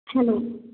hello